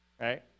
right